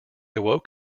awoke